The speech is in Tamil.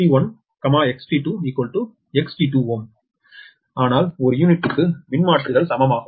அதாவது XT1Ω XT1Ω XT2Ω ஆனால் ஒரு யூனிட்டுக்கு மின்மாற்றிகள் சமமாகும்